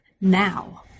now